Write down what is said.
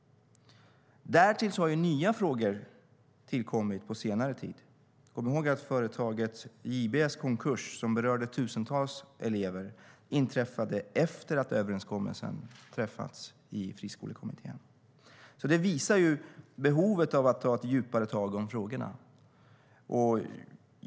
Därtill har nya frågor tillkommit på senare tid. Kom ihåg att företaget JB:s konkurs, som berörde tusentals elever, inträffade efter att överenskommelsen träffats i Friskolekommittén.Det visar behovet av att ta djupare tag i frågorna.